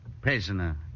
prisoner